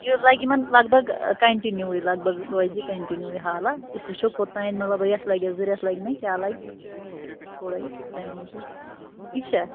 یہِ لَگہِ یِمَن لگ بگ کَنٹِنیٛوٕے لگ بگ روزِ کَنٹِنیٛوٕے حالا أسۍ وُچھو کوٚت تانۍ مطلب رٮ۪تھ لَگیٛا زٕ رٮ۪تھ لَگنے کیٛاہ لَگہِ تھوڑا ہے تَمہِ موٗجوٗب ٹھیٖک چھا